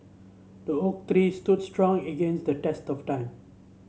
the oak tree stood strong against the test of time